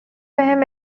بهم